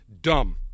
Dumb